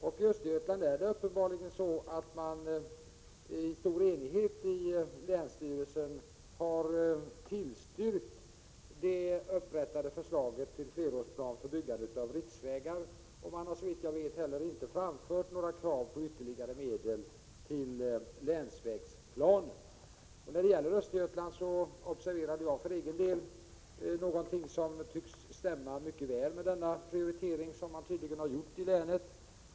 I Östergötland är det uppenbarligen så, att länsstyrelsen i stor enighet har tillstyrkt det upprättade förslaget till flerårsplan för byggande av riksvägar. Såvitt jag vet har man inte framfört några krav på ytterligare medel till länsvägsplanen. När det gäller Östergötlands län har jag för egen del observerat någonting som tycks stämma mycket väl överens med den prioritering som man tydligen har gjort i länet.